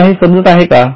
तुम्हाला हे समजत आहे का